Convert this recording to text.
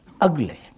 ugly